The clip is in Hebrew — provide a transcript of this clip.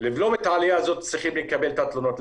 לבלום את העלייה הזאת צריכים לקבל את התלונות.